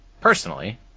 personally